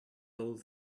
old